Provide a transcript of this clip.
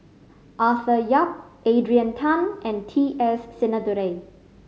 Arthur Yap Adrian Tan and T S Sinnathuray